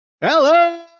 Hello